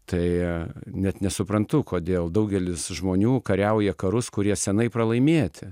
tai net nesuprantu kodėl daugelis žmonių kariauja karus kurie senai pralaimėti